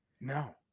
no